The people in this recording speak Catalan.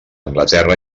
anglaterra